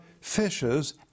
fishes